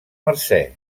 mercè